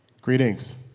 greetings.